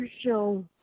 show